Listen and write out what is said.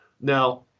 now